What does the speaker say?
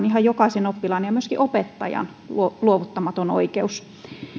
ihan jokaisen oppilaan ja myöskin opettajan luovuttamaton oikeus